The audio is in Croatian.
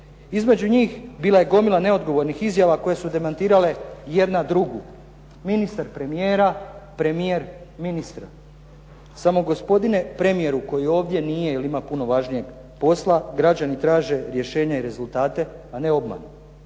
Između njih bila je gomila neodgovornih izjava koje su demantirale jedna drugu. Ministar premijera, premijer ministra. Samo gospodine premijeru koji ovdje nije jer ima puno važnijeg posla, građani traže rješenja i rezultate, a ne obmane.